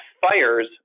fires